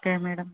okay madam